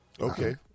Okay